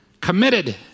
Committed